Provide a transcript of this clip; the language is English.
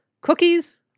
Cookies